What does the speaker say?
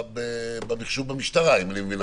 מתמקדת במחשוב במשטרה, אם אני מבין נכון?